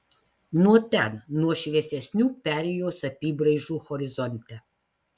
nuo ten nuo šviesesnių perėjos apybraižų horizonte